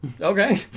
okay